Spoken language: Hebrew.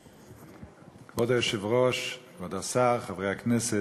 כבוד היושב-ראש, כבוד השר, חברי הכנסת,